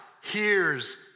hears